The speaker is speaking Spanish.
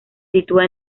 sitúa